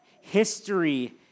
History